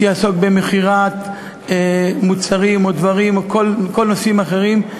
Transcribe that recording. שיעסוק במכירת מוצרים או דברים או כל נושאים אחרים,